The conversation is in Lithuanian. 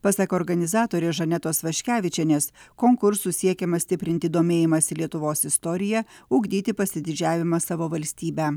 pasak organizatorės žanetos vaškevičienės konkursu siekiama stiprinti domėjimąsi lietuvos istorija ugdyti pasididžiavimą savo valstybe